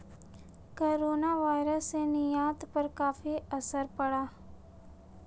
coronavirus से निर्यात पर काफी असर पड़ा